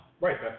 Right